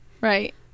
Right